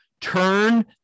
Turn